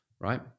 Right